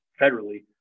federally